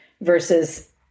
versus